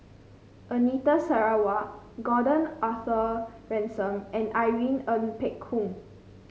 Anita Sarawak Gordon Arthur Ransome and Irene Ng Phek Hoong